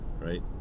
right